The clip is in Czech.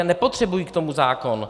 Nepotřebují k tomu zákon.